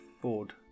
Ford